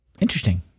Interesting